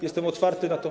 Jestem otwarty na to.